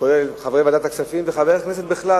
כולל חברי ועדת הכספים וחברי הכנסת בכלל,